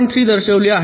3 दर्शविली आहेत